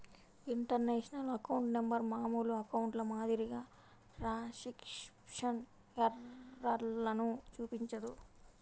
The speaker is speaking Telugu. ఇంటర్నేషనల్ అకౌంట్ నంబర్ మామూలు అకౌంట్ల మాదిరిగా ట్రాన్స్క్రిప్షన్ ఎర్రర్లను చూపించదు